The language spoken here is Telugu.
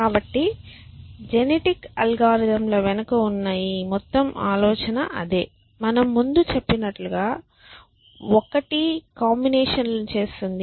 కాబట్టి జెనెటిక్ అల్గోరిథం ల వెనుక ఉన్న మొత్తం ఆలోచన అదే మనము ముందు చెప్పినట్లుగా ఒకటి కాంబినేషన్ లను చేస్తుంది